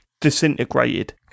disintegrated